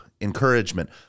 Encouragement